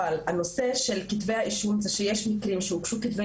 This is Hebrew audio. אבל הנושא של כתבי האישום ושיש מקרים שהוגשו כתבי